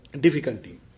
difficulty